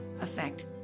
Effect